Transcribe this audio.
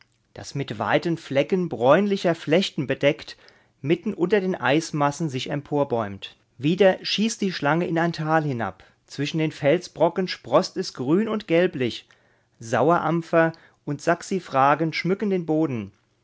das mit weiten flecken bräunlicher flechten bedeckt mitten unter den eismassen sich emporbäumt wieder schießt die schlange in ein tal hinab zwischen den felsbrocken sproßt es grün und gelblich sauerampfer und saxifragen schmücken den boden